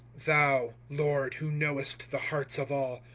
thou, lord, who knowest the hearts of all,